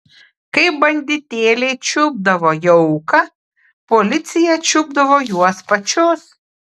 kai banditėliai čiupdavo jauką policija čiupdavo juos pačius